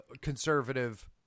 conservative